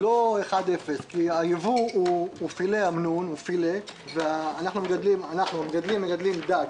זה לא 1 0 כי הייבוא הוא פילה אמנון והמגדלים מגדלים דג.